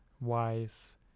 wise